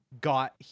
got